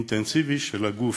אינטנסיבי, של הגוף,